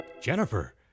Jennifer